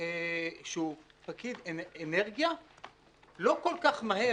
שהוא פקיד אנרגיה לא כל כך מהר,